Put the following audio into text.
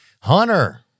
Hunter